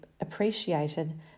appreciated